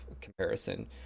comparison